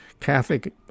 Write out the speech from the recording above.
Catholic